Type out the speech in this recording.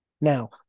Now